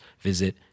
visit